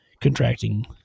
contracting